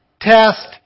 test